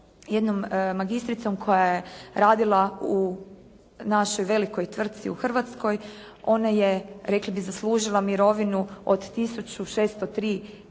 jednom magistricom koja je radila u našoj velikoj tvrtci u Hrvatskoj, ona je rekli bi zaslužila mirovinu od 1.603,00 kune,